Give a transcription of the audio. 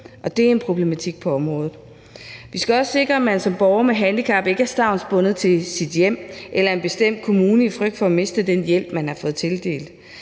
som er en problematik på området. Vi skal også sikre, at man som borger med handicap ikke er stavnsbundet til sit hjem eller til en bestemt kommune i frygt for at miste den hjælp, man har fået tildelt.